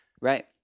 Right